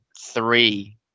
three